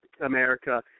America